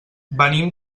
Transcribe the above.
venim